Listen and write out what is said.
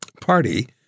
party